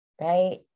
right